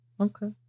Okay